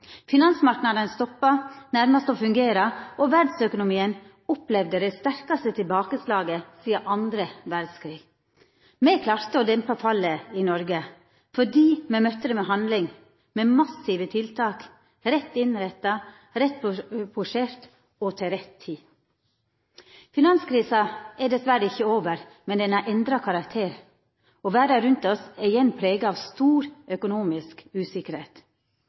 Finansmarknadene stoppa nærmast å fungera, og verdsøkonomien opplevde det sterkaste tilbakeslaget sidan den andre verdskrigen. Me klarte å dempa fallet i Noreg fordi me møtte det med handling, med massive tiltak – rett innretta, rett porsjonert og til rett tid. Finanskrisa er dessverre ikkje over, men ho har endra karakter. No er verda rundt oss igjen prega av stor økonomisk usikkerheit.